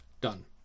Done